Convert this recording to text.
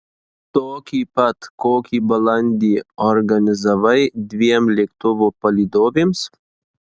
tokį pat kokį balandį organizavai dviem lėktuvo palydovėms